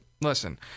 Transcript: listen